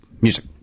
music